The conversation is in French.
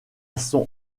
son